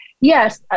Yes